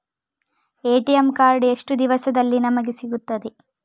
ATM card ಎಷ್ಟು ದಿವಸದಲ್ಲಿ ನಮಗೆ ಸಿಗುತ್ತದೆ?